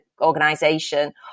organization